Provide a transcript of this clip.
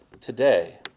today